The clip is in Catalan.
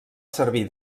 servir